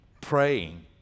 praying